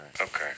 Okay